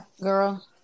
girl